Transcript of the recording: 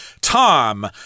Tom